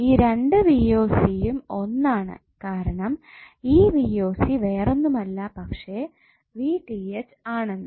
ഈ രണ്ടു യും ഒന്നാണ് കാരണം ഈ വേറൊന്നുമല്ല പക്ഷെ ആണെന്ന്